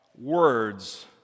words